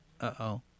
uh-oh